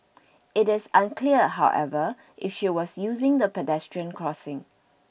it is unclear however if she was using the pedestrian crossing